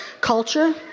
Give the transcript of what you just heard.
culture